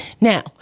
Now